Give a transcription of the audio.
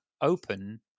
open